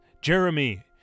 Jeremy